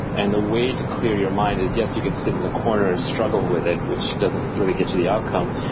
and the way to clear your mind is yes, you can sit in the corner and struggle with it, which doesn't really get you the outcome,